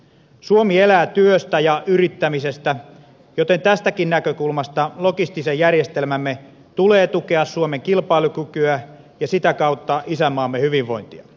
suomi elää työstä ja yrittämisestä joten tästäkin näkökulmasta logistisen järjestelmämme tulee tukea suomen kilpailukykyä ja sitä kautta isänmaamme hyvinvointia